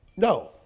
No